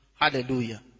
Hallelujah